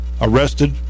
arrested